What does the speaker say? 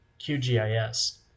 QGIS